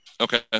Okay